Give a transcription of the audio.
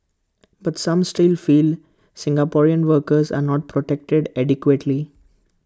but some still feel Singaporeans workers are not protected adequately